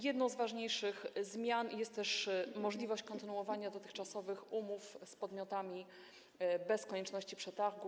Jedną z ważniejszych zmian jest też możliwość kontynuowania dotychczasowych umów z podmiotami bez konieczności przetargu.